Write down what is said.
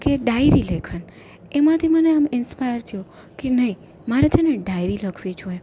કે ડાયરી લેખન એમાંથી મને આમ ઇન્સ્પાયર થયો કે નહીં મારે છેને ડાયરી લખવી જોઈએ